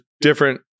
different